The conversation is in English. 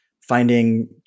finding